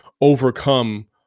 overcome